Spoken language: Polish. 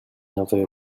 nowej